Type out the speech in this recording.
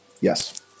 Yes